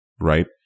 right